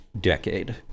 decade